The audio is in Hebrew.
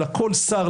אלא כל שר,